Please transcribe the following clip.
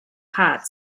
heart